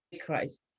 Christ